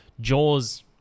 Jaws